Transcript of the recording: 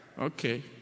Okay